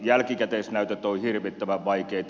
jälkikäteisnäytöt ovat hirvittävän vaikeita